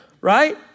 right